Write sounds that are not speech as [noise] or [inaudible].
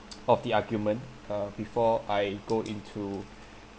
[noise] of the argument uh before I go into